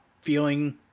feeling